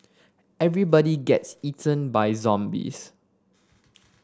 everybody gets eaten by zombies